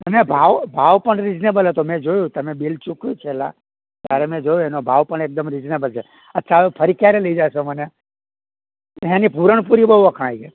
અને ભાવ ભાવ પણ રિઝનેબલ હતો મેં જોયું તમે બીલ ચૂકવ્યું છેલ્લા ત્યારે મેં જોયું એનો ભાવ પણ એકદમ રિઝનેબલ છે હાં તો હવે ફરી ક્યારે લઈ જાશો મને એની પૂરણપોળી બોઉ વખણાય છે